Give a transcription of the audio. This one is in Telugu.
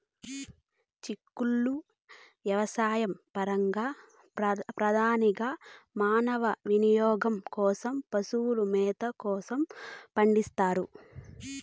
చిక్కుళ్ళు వ్యవసాయపరంగా, ప్రధానంగా మానవ వినియోగం కోసం, పశువుల మేత కోసం పండిస్తారు